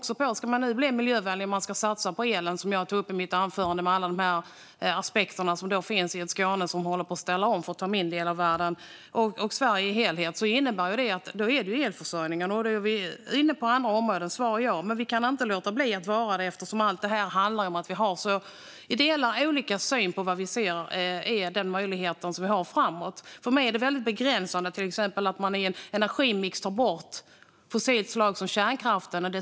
Ska man nu bli miljövänlig och satsa på elen - som jag tog upp i mitt anförande med alla de aspekter som finns i ett Skåne som håller på att ställa om, för att nämna min del av världen och Sverige som helhet - innebär det att det handlar om elförsörjning. Och ja, då är vi inne på andra områden. Men vi kan inte låta bli det eftersom allt detta handlar om att vi har så olika syn på vad vi har för möjligheter framåt. För mig är det till exempel väldigt begränsande att man i en energimix tar bort kärnkraften.